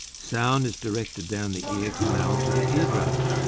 sound is directed down the ear canal to the ear drum,